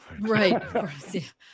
Right